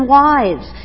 wives